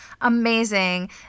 amazing